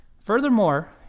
Furthermore